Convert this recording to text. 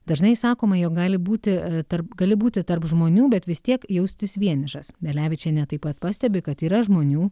dažnai sakoma jog gali būti tarp gali būti tarp žmonių bet vis tiek jaustis vienišas belevičienė taip pat pastebi kad yra žmonių